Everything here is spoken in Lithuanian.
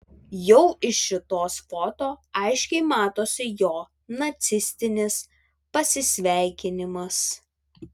jau iš šitos foto aiškiai matosi jo nacistinis pasisveikinimas